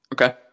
Okay